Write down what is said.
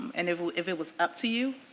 and if ah if it was up to you,